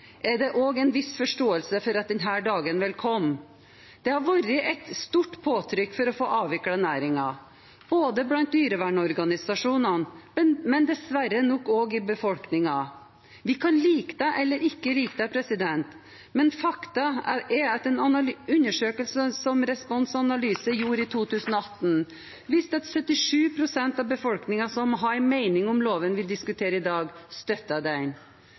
er det også en viss forståelse for at denne dagen ville komme. Det har vært et stort påtrykk for å få avviklet næringen både blant dyrevernorganisasjonene og – dessverre – nok også i befolkningen. Vi kan like det eller ikke like det, men faktum er at den undersøkelsen som Respons Analyse gjorde i 2018, viste at 77 pst. av befolkningen som hadde en mening om loven vi diskuterer i dag, støttet den.